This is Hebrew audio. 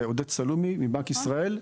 זה עודד סלומי מבנק ישראל,